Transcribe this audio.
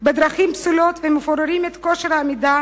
בדרכים פסולות ומפוררים את כושר העמידה